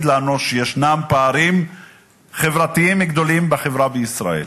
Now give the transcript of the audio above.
לנו שישנם פערים חברתיים גדולים בחברה בישראל.